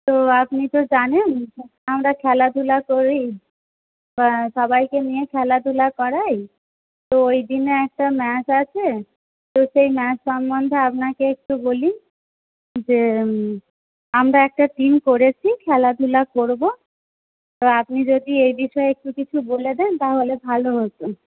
তো আপনি তো জানেন যে আমরা খেলাধুলা করি হ্যাঁ সবাইকে নিয়ে খেলাধুলা করাই তো ওই দিনে একটা ম্যাচ আছে তো সেই ম্যাচ সম্বন্ধে আপনাকে একটু বলি যে আমরা একটা টিম করেছি খেলাধুলা করব তো আপনি যদি এই বিষয়ে একটু কিছু বলে দেন তাহলে ভালো হত